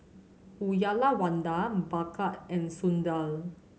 Uyyalawada Bhagat and Sundar